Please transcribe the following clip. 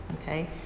okay